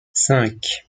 cinq